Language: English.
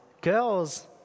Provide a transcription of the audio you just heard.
girls